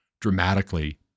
dramatically